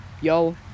yo